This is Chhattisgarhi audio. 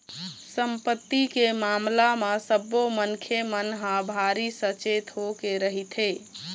संपत्ति के मामला म सब्बो मनखे मन ह भारी सचेत होके रहिथे